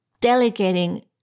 delegating